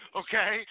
okay